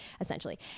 essentially